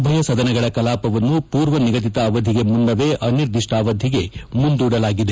ಉಭಯ ಸದನಗಳ ಕಲಾಪವನ್ನು ಪೂರ್ವ ನಿಗದಿತ ಅವಧಿಗೆ ಮುನ್ನವೇ ಅನಿರ್ದಿಷ್ಟಾವಧಿಗೆ ಮುಂದೂಡಲಾಗಿದೆ